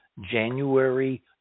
January